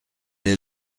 les